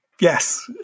Yes